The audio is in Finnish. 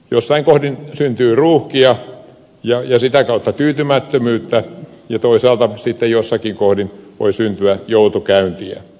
joissakin kohdin syntyy ruuhkia ja sitä kautta tyytymättömyyttä ja toisaalta sitten joissakin kohdin voi syntyä joutokäyntiä